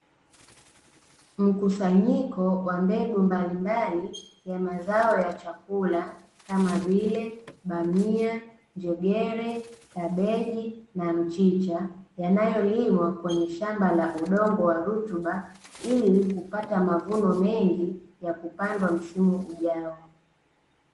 Mkusanyiko wa mbegu mbalimbali ya mazao ya chakula kama vile bamia, njegere, kabeji na mchicha yanayolimwa kwenye shamba la udongo wa rutuba ili kupata mavuno mengi ya kupandwa msimu ujao.